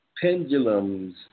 pendulums